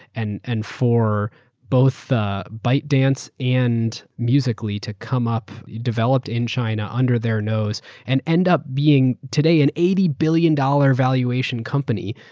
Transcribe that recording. and and for both ah bytedance and musical. ly to come up developed in china under their nose and end up being today an eighty billion dollars valuation company,